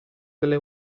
delle